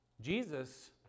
Jesus